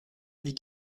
les